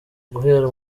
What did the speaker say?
guhera